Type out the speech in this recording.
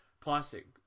plastic